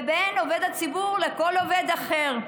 ובין עובד הציבור לכל עובד אחר.